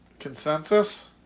Consensus